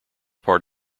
part